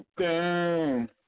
down